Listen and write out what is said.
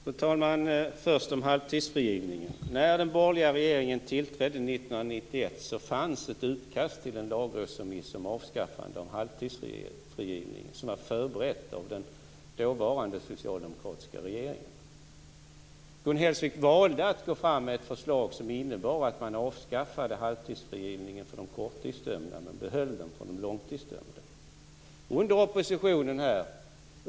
Fru talman! Först till halvtidsfrigivningen. När den borgerliga regeringen tillträdde 1991 fanns det ett utkast till en lagrådsremiss om avskaffande av halvtidsfrigivning, som var förberett av den dåvarande socialdemokratiska regeringen. Gun Hellsvik valde att gå fram med ett förslag som innebar att man avskaffade halvtidsfrigivningen för de korttidsdömda, men behöll den för de långtidsdömda.